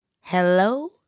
Hello